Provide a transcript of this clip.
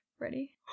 ready